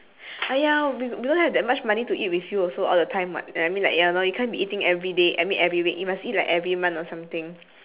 !aiya! we we don't have that much money to eat with you also all the time [what] I I mean like ya lor you can't be eating everyday I mean every week you must eat like every month or something